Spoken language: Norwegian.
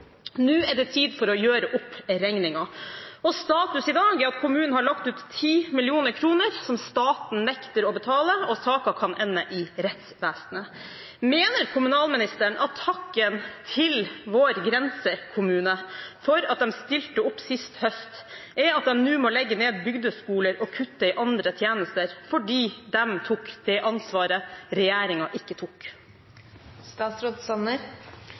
Nå er det tid for å gjøre opp regningen, og status i dag er at kommunen har lagt ut 10 mill. kr som staten nekter å betale, og saken kan ende i rettsvesenet. Mener kommunalministeren at takken til vår grensekommune for at de stilte opp sist høst, er at de nå må legge ned bygdeskoler og kutte i andre tjenester fordi de tok det ansvaret regjeringen ikke